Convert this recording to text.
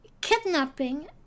kidnapping